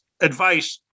advice